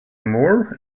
moore